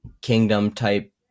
kingdom-type